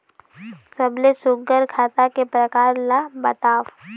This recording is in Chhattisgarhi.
सबले सुघ्घर खाता के प्रकार ला बताव?